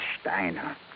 Steiner